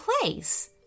place